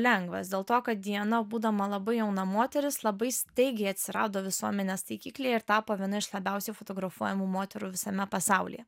lengvas dėl to kad diana būdama labai jauna moteris labai staigiai atsirado visuomenės taikikly ir tapo viena iš labiausiai fotografuojamų moterų visame pasaulyje